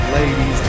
Ladies